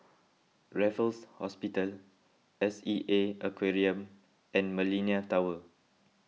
Raffles Hospital S E A Aquarium and Millenia Tower